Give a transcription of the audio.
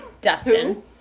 Dustin